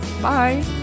bye